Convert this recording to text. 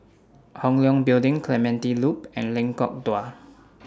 Hong Leong Building Clementi Loop and Lengkok Dua